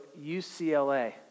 UCLA